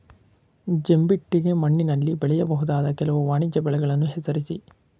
ಜಂಬಿಟ್ಟಿಗೆ ಮಣ್ಣಿನಲ್ಲಿ ಬೆಳೆಯಬಹುದಾದ ಕೆಲವು ವಾಣಿಜ್ಯ ಬೆಳೆಗಳನ್ನು ಹೆಸರಿಸಿ?